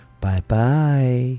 Bye-bye